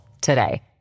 today